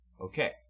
Okay